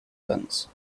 guns